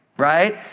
right